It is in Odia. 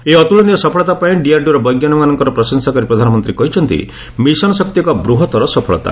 ଏହି ଅତୁଳନୀୟ ସଫଳତା ପାଇଁ ଡିଆରଡିଓର ବୈଜ୍ଞାନିକ ମାନଙ୍କର ପ୍ରଶଂସା କରି ପ୍ରଧାନମନ୍ତ୍ରୀ କହିଛନ୍ତି' ମିଶନ ଶକ୍ତି ଏକ ବୃହତ୍ତର ସଫଳତା